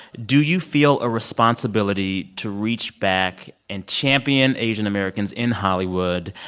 do you feel a responsibility to reach back and champion asian-americans in hollywood?